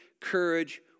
courage